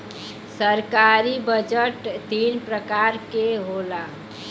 सरकारी बजट तीन परकार के होला